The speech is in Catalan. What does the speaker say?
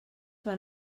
van